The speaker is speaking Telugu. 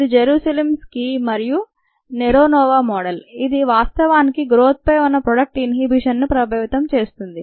ఇది జెరుసాలిమ్ స్కీ మరియు నెరోనోవా మోడల్ ఇది వాస్తవానికి గ్రోత్పై ఉన్న ప్రోడక్ట్ ఇన్హిబిషన్ నుప్రభావితం చేస్తుంది